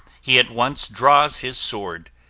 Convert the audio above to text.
he at once draws his sword,